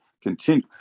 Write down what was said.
continue